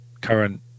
current